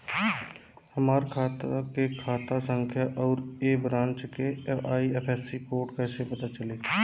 हमार खाता के खाता संख्या आउर ए ब्रांच के आई.एफ.एस.सी कोड कैसे पता चली?